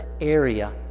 area